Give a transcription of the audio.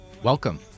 Welcome